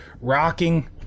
rocking